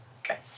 Okay